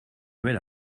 jamais